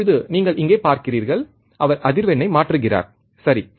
இப்போது நீங்கள் இங்கே பார்க்கிறீர்கள் அவர் அதிர்வெண்ணை மாற்றுகிறார் சரி